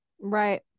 right